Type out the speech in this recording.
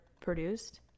produced